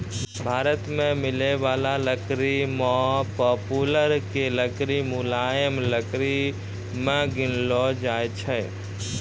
भारत मॅ मिलै वाला लकड़ी मॅ पॉपुलर के लकड़ी मुलायम लकड़ी मॅ गिनलो जाय छै